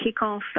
kickoff